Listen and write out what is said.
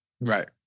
Right